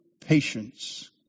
patience